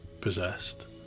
possessed